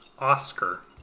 Oscar